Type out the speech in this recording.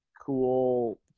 cool